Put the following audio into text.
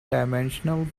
dimensional